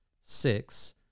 six